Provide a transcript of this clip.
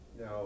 Now